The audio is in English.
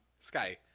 Sky